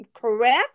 correct